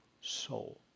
soul